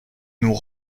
nous